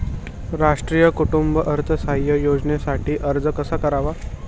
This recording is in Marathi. राष्ट्रीय कुटुंब अर्थसहाय्य योजनेसाठी अर्ज कसा करावा?